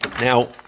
Now